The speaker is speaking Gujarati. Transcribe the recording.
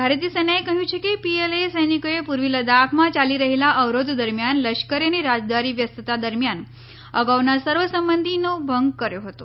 ભારતીય સેનાએ કહ્યું છે કે પીએલએ સૈનિકોએ પૂર્વી લદ્દાખમાં યાલી રહેલા અવરોધ દરમિયાન લશ્કરી અને રાજદ્વારી વ્યસ્તતા દરમિયાન અગાઉના સર્વસંમતિનો ભંગ કર્યો હતો